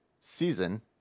season